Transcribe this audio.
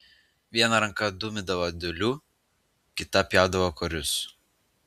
viena ranka dūmydavo dūliu kita pjaudavo korius